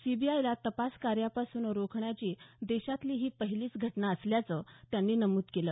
सीबीआयला तपासकार्यापासून रोखण्याची देशातली ही पहिलीच घटना असल्याचं त्यांनी नमूद केलं